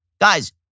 Guys